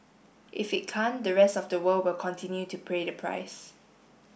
if it can't the rest of the world will continue to pray the price